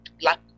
Black